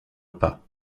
pas